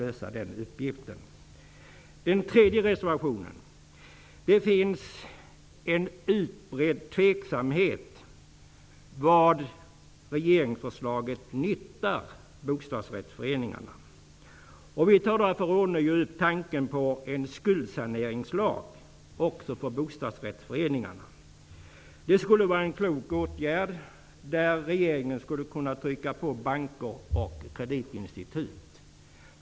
När det gäller den tredje reservationen finns det en utbredd tveksamhet om vad bostadsrättsföreningarna har för nytta av regeringsförslaget. Vi tar därför ånyo upp tanken på en skuldsaneringslag även för bostadsrättsföreningarna. Det skulle vara en klok åtgärd där regeringen skulle kunna trycka på banker och kreditinstitut.